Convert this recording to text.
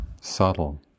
subtle